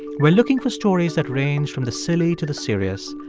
we're looking for stories that range from the silly to the serious,